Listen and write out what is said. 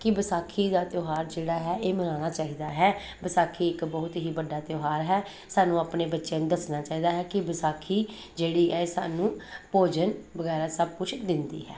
ਕਿ ਵਿਸਾਖੀ ਦਾ ਤਿਉਹਾਰ ਜਿਹੜਾ ਹੈ ਇਹ ਮਨਾਉਣਾ ਚਾਹੀਦਾ ਹੈ ਵਿਸਾਖੀ ਇੱਕ ਬਹੁਤ ਹੀ ਵੱਡਾ ਤਿਉਹਾਰ ਹੈ ਸਾਨੂੰ ਆਪਣੇ ਬੱਚਿਆਂ ਨੂੰ ਦੱਸਣਾ ਚਾਹੀਦਾ ਹੈ ਕਿ ਵਿਸਾਖੀ ਜਿਹੜੀ ਇਹ ਸਾਨੂੰ ਭੋਜਨ ਵਗੈਰਾ ਸਭ ਕੁਝ ਦਿੰਦੀ ਹੈ